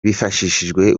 bifashishije